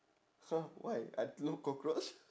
!huh! why I love cockroach